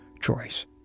choice